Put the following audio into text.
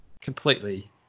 completely